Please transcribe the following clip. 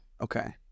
Okay